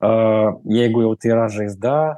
a jeigu jau tai yra žaizda